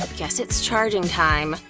um guess it's charging time.